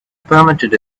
permitted